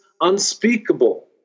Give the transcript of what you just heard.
unspeakable